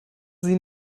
sie